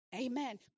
Amen